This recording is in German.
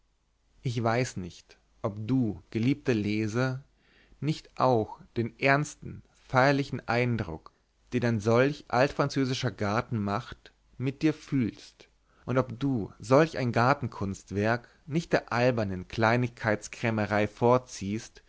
ich weiß nicht ob du geliebter leser nicht auch den ernsten feierlichen eindruck den solch ein altfranzösischer garten macht mit mir fühlst und ob du solch ein gartenkunstwerk nicht der albernen kleinigkeitskrämerei vorziehst